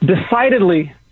decidedly